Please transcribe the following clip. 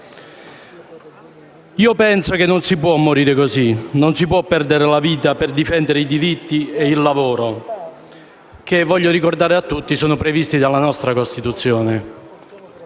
Penso che non si possa morire in questo modo: non si può perdere la vita per difendere i diritti e il lavoro che - lo ricordo a tutti - sono previsti dalla nostra Costituzione.